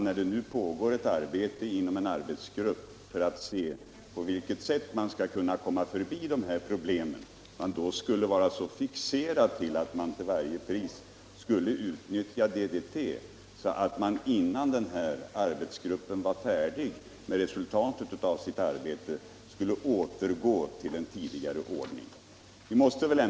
När det pågår ett arbete inom en arbetsgrupp för att se på vilket sätt man skall kunna komma förbi äe här problemen tycker vi att det vore orimligt att vara så fixerad till att till varje pris utnyttja DDT att man innan arbetsgruppen är färdig med sitt resultat skulle återgå till en tidigare ordning.